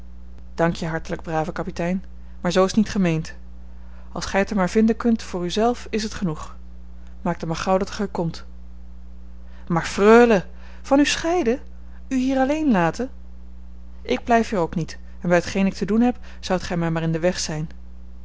dank je hartelijk brave kapitein maar zoo is t niet gemeend als gij het er maar vinden kunt voor u zelf is het genoeg maak dan maar gauw dat ge er komt maar freule van u scheiden u hier alleen laten ik blijf hier ook niet en bij t geen ik te doen heb zoudt gij mij maar in den weg zijn